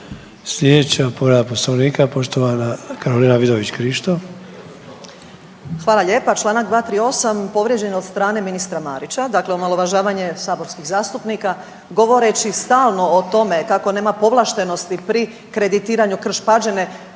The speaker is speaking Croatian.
Krišto. **Vidović Krišto, Karolina (Nezavisni)** Hvala lijepo. Čl. 238. Povrijeđen od strane ministra Marića, dakle omalovažavanje saborskih zastupnika govoreći stalno o tome kako nema povlaštenosti pri kreditiranju Krš-Pađene